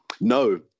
no